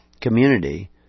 community